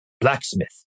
blacksmith